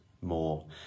more